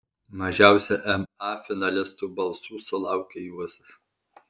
mažiausia ma finalistų balsų sulaukė juozas